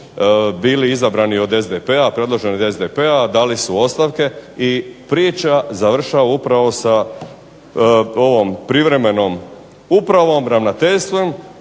bili izabrani od SDP-a predloženi od SDP-a dali su ostavke i priča završava upravo sa privremenom upravom, ravnateljstvom